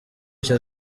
cya